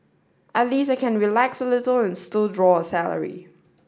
at least I can relax a little and still draw a salary